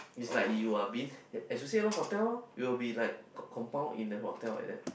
it's like you are be in as you say lor hotel lor we will be like compound in a hotel like that